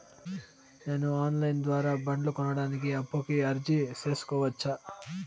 నేను online ద్వారా బండ్లు కొనడానికి అప్పుకి అర్జీ సేసుకోవచ్చా?